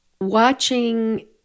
watching